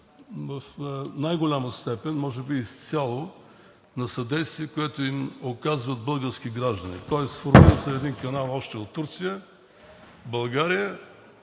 в най-голяма степен, може би изцяло, на съдействие, което им оказват български граждани, тоест формира се един канал още от Турция – България,